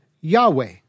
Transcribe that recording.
Yahweh